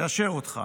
תאשר אותך.